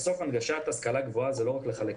בסוף הנגשת ההשכלה הגבוהה זה לא רק לחלק כסף.